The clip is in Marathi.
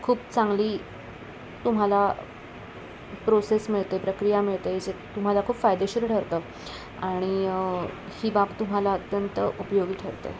खूप चांगली तुम्हाला प्रोसेस मिळते प्रक्रिया मिळते जे तुम्हाला खूप फायदेशीर ठरतं आणि ही बाब तुम्हाला अत्यंत उपयोगी ठरते